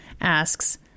asks